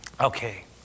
okay